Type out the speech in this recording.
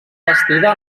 bastida